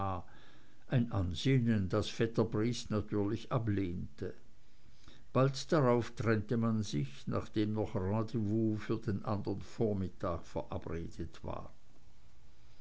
ein ansinnen das vetter briest natürlich ablehnte bald darauf trennte man sich nachdem noch ein rendezvous für den anderen vormittag verabredet war